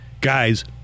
Guys